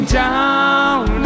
down